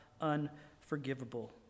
unforgivable